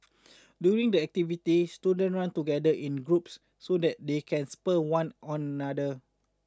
during the activity student run together in groups so that they can spur one on other